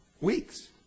weeks